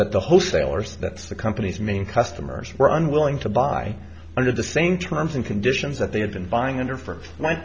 that the wholesalers that's the company's main customers were unwilling to buy under the same terms and conditions that they have been buying under for